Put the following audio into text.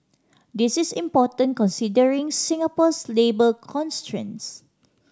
this is important considering Singapore's labour constraints